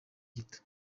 gito